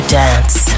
dance